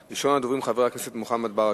3852,